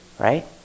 right